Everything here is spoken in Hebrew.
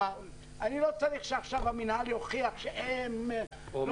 אני לא צריך שעכשיו המינהל יוכיח שהם לא